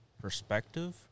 perspective